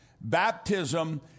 Baptism